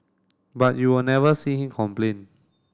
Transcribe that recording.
but you will never see him complain